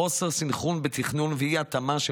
חוסר סנכרון בתכנון ואי-התאמה של